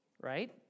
Right